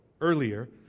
earlier